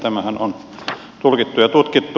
tämähän on tulkittu ja tutkittu